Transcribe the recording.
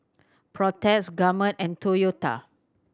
Protex Gourmet and Toyota